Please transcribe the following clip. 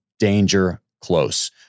DANGERCLOSE